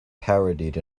parodied